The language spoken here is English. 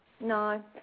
No